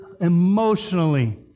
emotionally